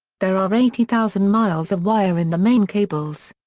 there are eighty thousand miles of wire in the main cables.